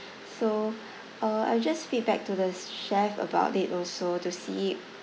so uh I'll just feedback to the chef about it also to see